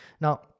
Now